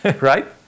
Right